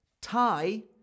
tie